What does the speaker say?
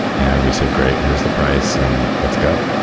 and we say, great. here's the price and let's go.